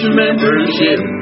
membership